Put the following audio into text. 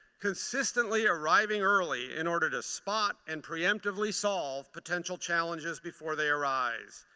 consistently arriving early in order to spot and preemptively solve potential challenges before they arise.